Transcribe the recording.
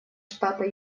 штата